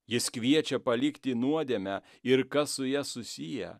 jis kviečia palikti nuodėmę ir kas su ja susiję